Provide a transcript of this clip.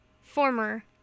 former